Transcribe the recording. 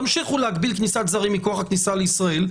תמשיכו להגביל כניסת זרים מכוח הכניסה לישראל,